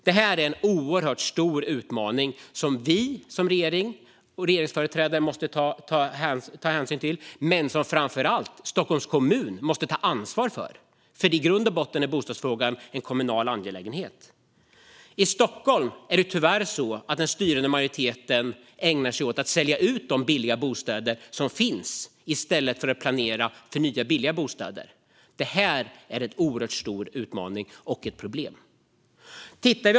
Det är en oerhört stor utmaning som regeringen och vi regeringsföreträdare måste ta hänsyn till men som framför allt Stockholms kommun måste ta ansvar för, för i grund och botten är bostadsfrågan en kommunal angelägenhet. I Stockholm är det tyvärr så att den styrande majoriteten ägnar sig åt att sälja ut de billiga bostäder som finns i stället för att planera för nya billiga bostäder. Det är en oerhört stor utmaning och ett problem.